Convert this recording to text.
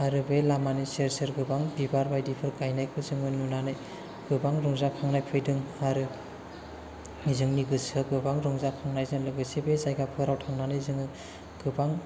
आरो बे लामानि सेर सेर गोबां बिबार बायदिफोर गायनायखौ जोङो नुनानै गोबां रंजाखांनाय फैदों आरो जोंनि गोसोया गोबां रंजाखांनायजों लोगोसे बे जायगाफोराव थांनानै जोङो गोबां